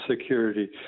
security